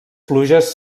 pluges